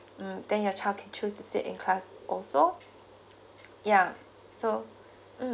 mm then your child can choose to sit in class also yeah so mm